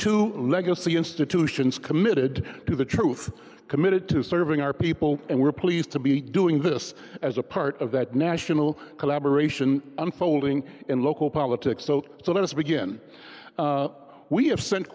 to legacy institutions committed to the truth committed to serving our people and we're pleased to be doing this as a part of that national collaboration unfolding in local politics so so let us begin we have sent